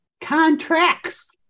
Contracts